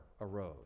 arose